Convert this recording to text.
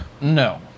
No